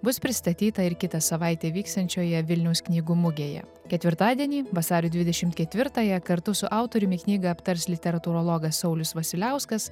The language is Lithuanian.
bus pristatyta ir kitą savaitę vyksiančioje vilniaus knygų mugėje ketvirtadienį vasario dvidešimt ketvirtąją kartu su autoriumi knygą aptars literatūrologas saulius vasiliauskas